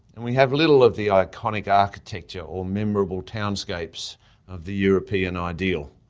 and we have little of the iconic architecture or memorable townscapes of the european ideal.